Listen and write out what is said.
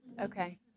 Okay